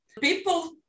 people